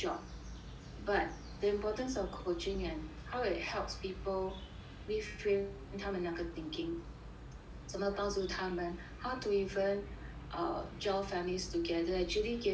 but the importance of coaching and how it helps people reframed 他们那个 thinking 怎么帮助他们 how do even err gel families together actually give me